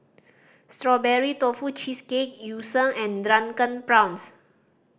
Strawberry Tofu Cheesecake Yu Sheng and Drunken Prawns